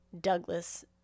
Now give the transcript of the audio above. Douglas